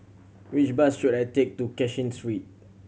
which bus should I take to Cashin sweet